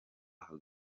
hagati